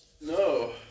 No